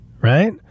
Right